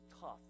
tough